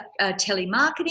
telemarketing